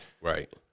Right